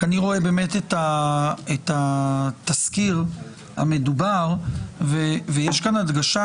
אני רואה את התזכיר המדובר ויש כאן הדגשה